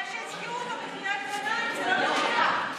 זה שהזכירו אותו בקריאת ביניים זה לא שייך.